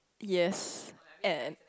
yes and